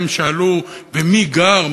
הם שאלו: ומי גר?